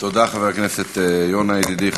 תודה, חבר כנסת יונה, ידידי.